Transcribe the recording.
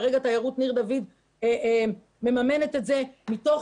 כרגע תיירות ניר דוד מממנת את זה מתוך